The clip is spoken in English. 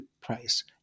price